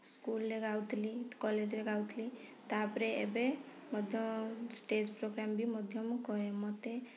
ସ୍କୁଲ୍ରେ ଗାଉଥିଲି କଲେଜ୍ରେ ଗାଉଥିଲି ତାପରେ ଏବେ ମଧ୍ୟ ଷ୍ଟେଜ୍ ପୋଗ୍ରାମ୍ ବି ମଧ୍ୟ ମୁଁ କରେ ମୋତେ